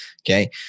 Okay